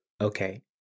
Okay